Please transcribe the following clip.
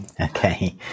okay